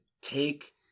take